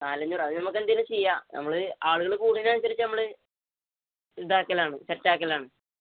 നാല് അഞ്ഞൂറ് അത് നമുക്കെന്തെങ്കിലും ചെയ്യാം നമ്മള് ആളുകള് കൂടുന്നതിന് അനുസരിച്ച് നമ്മള് ഇതാക്കലാണ് സെറ്റാക്കലാണ്